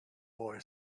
boy